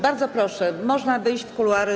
Bardzo proszę, można wyjść w kuluary.